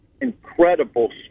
incredible